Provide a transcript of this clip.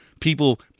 people